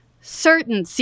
certain